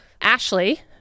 Ashley